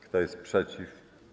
Kto jest przeciw?